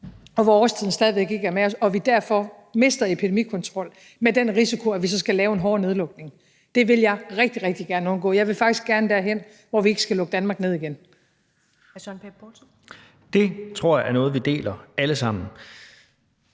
og hvor årstiden stadig væk ikke er med os, og at vi derfor mister epidemikontrol, med den risiko at vi så skal lave en hårdere nedlukning. Det vil jeg rigtig, rigtig gerne undgå. Jeg vil faktisk gerne derhen, hvor vi ikke skal lukke Danmark ned igen. Kl. 13:53 Første næstformand (Karen